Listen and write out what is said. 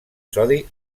sodi